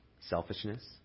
selfishness